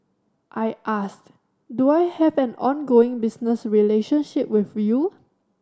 I asked do I have an ongoing business relationship with you